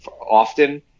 often